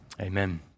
Amen